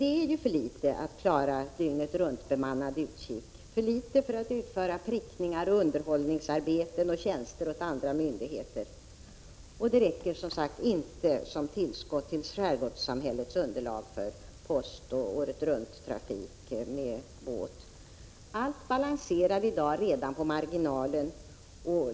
Det är för litet för att klara en dygnetruntbemannad utkik, för litet för att utföra prickningar och underhållsarbete samt tjänster åt andra myndigheter. Och det räcker som sagt inte som tillskott till skärgårdssamhällets underlag för postoch åretrunttrafik med båt. Allt balanserar redan i dag på marginalen.